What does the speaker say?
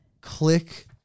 click